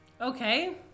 okay